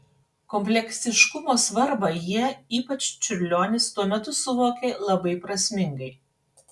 kompleksiškumo svarbą jie ypač čiurlionis tuo metu suvokė labai prasmingai